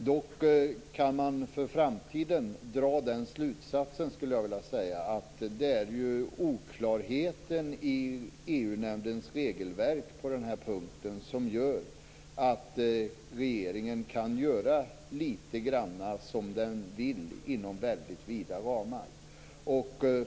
Dock kan man för framtiden dra slutsatsen att det är oklarheten i EU-nämndens regelverk på den här punkten som gör att regeringen kan göra litet grand som den vill, inom väldigt vida ramar.